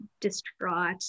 distraught